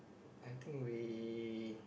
I think we